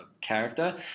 character